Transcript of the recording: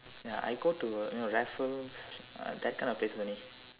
ya I go to uh you know Raffles uh that kind of places only